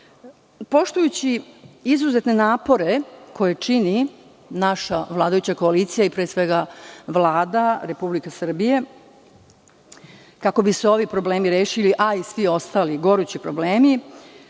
namene. Poštujući izuzetne napore koje čini naša vladajuća koalicija i pre svega Vlada Republike Srbije kako bi se ovi problemi rešili, a i svi ostali gorući problemi,